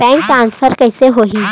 Bank transfer कइसे होही?